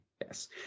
Yes